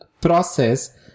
process